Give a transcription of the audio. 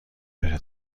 بره